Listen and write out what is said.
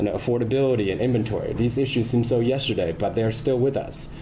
and affordability and inventory, these issues seem so yesterday, but they're still with us.